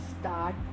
start